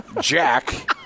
jack